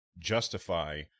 justify